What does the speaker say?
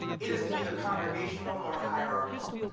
it is neither congregational nor hierarchical.